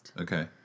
Okay